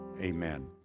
amen